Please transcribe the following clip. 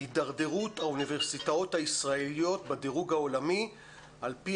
התדרדרות האוניברסיטאות הישראליות בדירוג העולמי על פי